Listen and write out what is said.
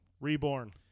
Reborn